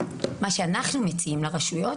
מה שאנחנו מציעים לרשויות,